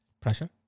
Pressure